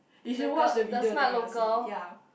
you should watch the video then you will see ya